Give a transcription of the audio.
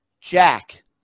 Jack